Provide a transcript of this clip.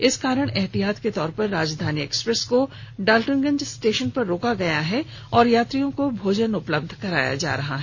इस कारण एहतियात के तौर पर राजधानी एक्सप्रेस को डालटनगंज स्टेशन पर रोका गया है और यात्रियों को भोजन उपलब्ध कराया जा रहा है